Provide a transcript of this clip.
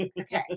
Okay